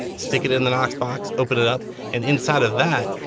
stick it in the knox box, open it up, and inside of that,